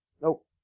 Nope